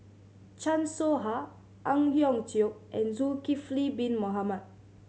Chan Soh Ha Ang Hiong Chiok and Zulkifli Bin Mohamed